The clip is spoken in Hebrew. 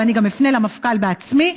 ואני גם אפנה למפכ"ל בעצמי,